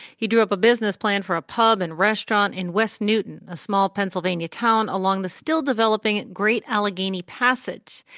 he drew up a business plan for a pub and restaurant in west newton, a small pennsylvania town along the still-developing great allegheny passage.